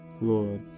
Lord